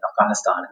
Afghanistan